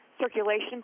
circulation